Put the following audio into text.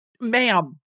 ma'am